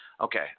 Okay